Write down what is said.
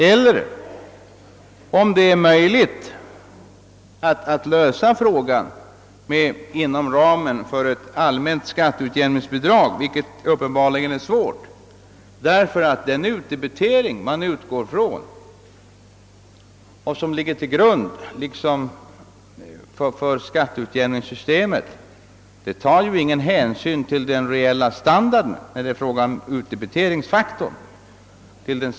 Vi har i detta sammanhang också pekat på de möjligheter som kan finnas att utnyttja ett allmänt skatteutjämningsbidrag, något som emellertid uppenbarligen är svårt eftersom den utdebitering som ligger till grund för skatteutjämningsbidraget inte säger någonting om den reella standarden i kommunen.